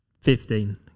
fifteen